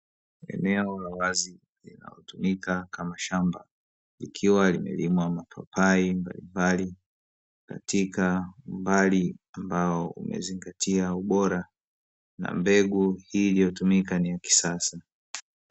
Eneo la wazi linalotumika kama shamba likiwa limelimwa mapapai mbalimbali, katika umbali ambao umezingatia ubora na mbegu hii iliyotumika ni ya kisasa.